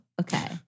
okay